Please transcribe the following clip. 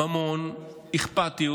ממון, אכפתיות,